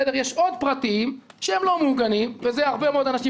יש עוד פרטים שהם לא מעוגנים וזה הרבה מאוד אנשים